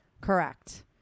Correct